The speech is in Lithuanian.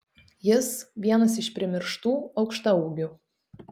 jis vienas iš primirštų aukštaūgių